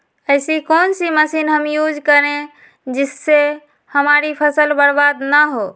ऐसी कौन सी मशीन हम यूज करें जिससे हमारी फसल बर्बाद ना हो?